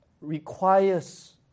requires